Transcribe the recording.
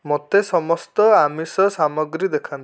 ମୋତେ ସମସ୍ତ ଆମିଷ ସାମଗ୍ରୀ ଦେଖାନ୍ତୁ